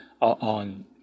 on